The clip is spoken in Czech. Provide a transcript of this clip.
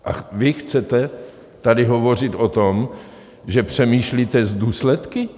A vy chcete tady hovořit o tom, že přemýšlíte s důsledky?